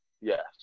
Yes